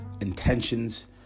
intentions